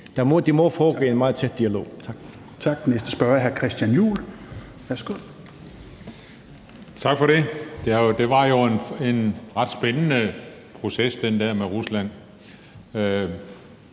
Det må foregå i en meget tæt dialog.